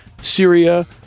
Syria